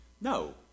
No